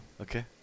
Okay